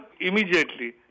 immediately